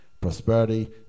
Prosperity